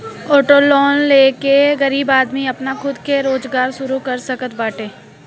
auto loan ले के गरीब आदमी आपन खुद के रोजगार शुरू कर सकत बाटे